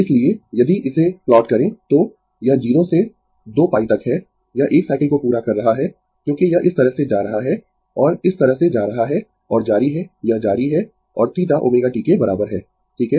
इसलिए यदि इसे प्लॉट करें तो यह 0 से 2 π तक है यह 1 साइकिल को पूरा कर रहा है क्योंकि यह इस तरह से जा रहा है और इस तरह से जा रहा है और जारी है यह जारी है और θ ω t के बराबर है ठीक है